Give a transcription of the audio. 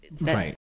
Right